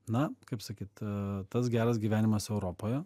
na kaip sakyt tas geras gyvenimas europoje